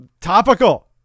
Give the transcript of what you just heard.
Topical